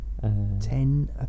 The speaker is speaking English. ten